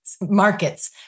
markets